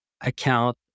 account